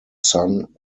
son